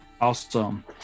Awesome